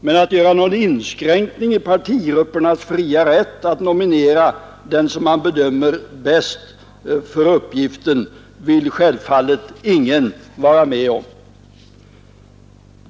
Men att göra någon inskränkning i partigruppernas fria rätt att nominera den som man bedömer vara bäst för uppgiften vill självfallet ingen vara med om.